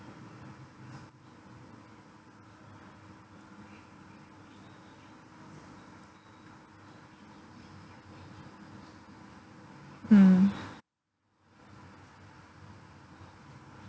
mm